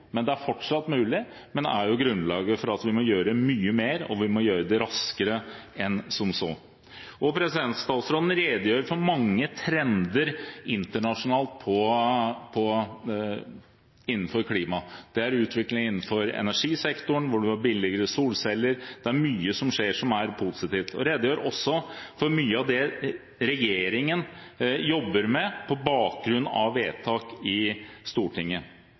men fortsatt mulig, og det er grunnlaget for at vi må gjøre mye mer og gjøre det raskere enn som så. Statsråden redegjør for mange trender internasjonalt på klimaområdet. Det er bl.a. en utvikling innenfor energisektoren, hvor man får billigere solceller. Det skjer mye positivt. Statsråden redegjør også for mye av det regjeringen jobber med på bakgrunn av vedtak i Stortinget.